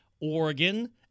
Oregon